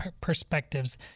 Perspectives